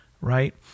right